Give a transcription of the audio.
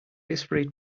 disparate